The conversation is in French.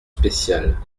spéciale